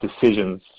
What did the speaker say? decisions